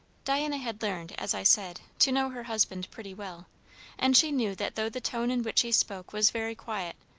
diana had learned, as i said, to know her husband pretty well and she knew that though the tone in which he spoke was very quiet,